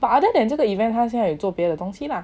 but other than 这个 event 他现在有做别的东西 lah